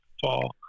fall